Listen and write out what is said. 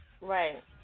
Right